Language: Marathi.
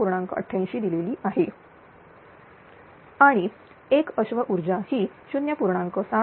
88 दिलेली आहे आणि एक अश्व ऊर्जा ही 0